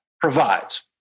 provides